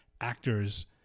actors